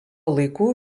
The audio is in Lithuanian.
laikų